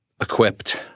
equipped